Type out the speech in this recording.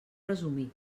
resumir